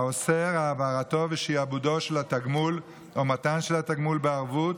האוסר העברתו ושעבודו של התגמול או מתן של התגמול בערבות,